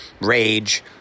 rage